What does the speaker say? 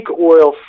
oil